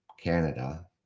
Canada